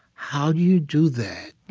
how do you do that?